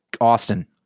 Austin